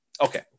Okay